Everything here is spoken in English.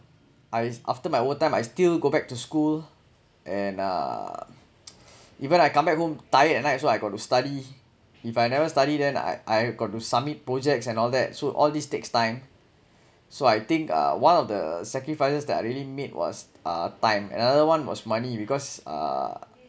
I after my overtime I still go back to school and uh even I come back home tired at night also I got to study if I never study then I I got to submit projects and all that so all this takes time so I think uh one of the sacrifices that really meet was uh time and another one was money because uh